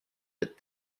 but